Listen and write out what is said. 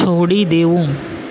છોડી દેવું